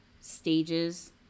stages